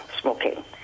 smoking